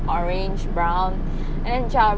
orange brown and then jump